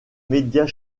médias